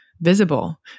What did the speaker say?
visible